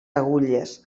agulles